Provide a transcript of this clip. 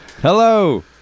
Hello